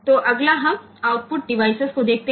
તો ચાલો આગળ આપણે હવે આઉટપુટ ઉપકરણ જોઈએ